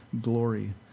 glory